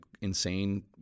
insane